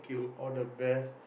all the best